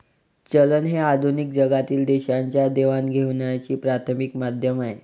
चलन हे आधुनिक जगातील देशांच्या देवाणघेवाणीचे प्राथमिक माध्यम आहे